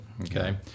Okay